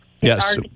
Yes